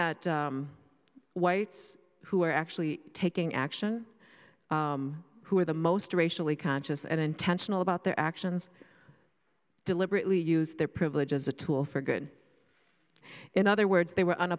that whites who are actually taking action who are the most racially conscious and intentional about their actions deliberately used their privilege as a tool for good in other words they were